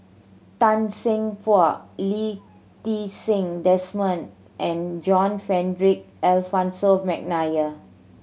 Tan Seng Poh Lee Ti Seng Desmond and John Frederick Adolphus McNair